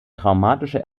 traumatische